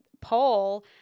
poll